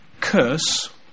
curse